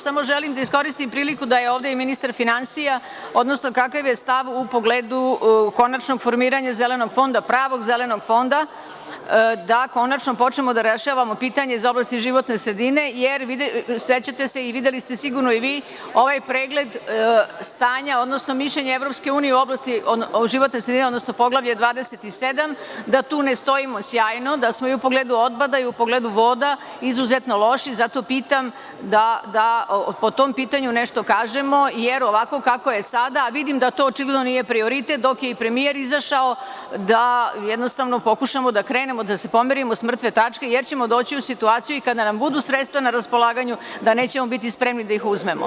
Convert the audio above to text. Samo želim da iskoristim priliku da je ovde i ministar finansija, odnosno kakav je stav u pogledu konačnog formiranja „Zelenog fonda“, pravog „Zelenog fonda“, da konačno počnemo da rešavamo pitanje iz oblasti životne sredine, jer sećate se i videli ste sigurno svi, ovaj pregled stanja, odnosno mišljenja EU u oblasti o životnoj sredini, odnosno Poglavlje 27, da tu ne stojimo sjajno, da smo i u pogledu otpada i u pogledu voda izuzetno loši Zato pitam da po tom pitanju nešto kažemo, jer ovako kako je sada, a vidim da to očigledno to još uvek nije prioritet dok je i premijer izašao, da jednostavno pokušamo da krenemo da se pomerimo sa mrtve tačke jer ćemo doći u situaciju kada nam budu sredstva na raspolaganju da nećemo biti spremni da ih uzmemo.